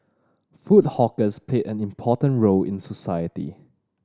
food hawkers played an important role in society